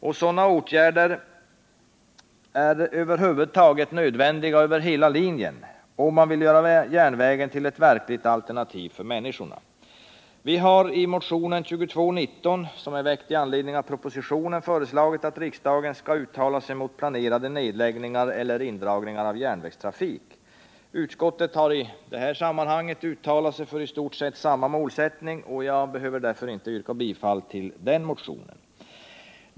Och sådana åtgärder är över huvud taget nödvändiga, om man över hela linjen vill göra järnvägen till ett verkligt alternativ för människorna. Vi har i motionen 2219, väckt med anledning av propositionen, föreslagit att riksdagen skall uttala sig mot planerade nedläggningar eller indragningar av järnvägstrafik. Utskottet har i detta sammanhang uttalat sig för i stort sett samma målsättning, och jag behöver därför inte yrka bifall till den motionen.